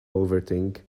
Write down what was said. overthink